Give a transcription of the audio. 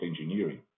engineering